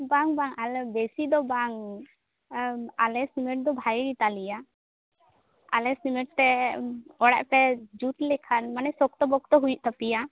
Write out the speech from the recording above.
ᱵᱟᱝ ᱵᱟᱝ ᱟᱞᱮ ᱵᱮᱥᱤ ᱫᱚ ᱵᱟᱝ ᱟᱞᱮᱭᱟᱜ ᱥᱤᱢᱮᱱᱴ ᱫᱚ ᱵᱷᱟᱜᱮ ᱜᱮᱛᱟᱞᱮᱭᱟ ᱟᱞᱮ ᱥᱤᱢᱮᱱᱴ ᱛᱮ ᱚᱲᱟᱜ ᱯᱮ ᱡᱩᱛ ᱞᱮᱠᱷᱟᱱ ᱢᱟᱱᱮ ᱥᱚᱠᱛᱚ ᱯᱚᱠᱛᱚ ᱦᱩᱭᱩᱜ ᱛᱟᱯᱮᱭᱟ